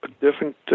different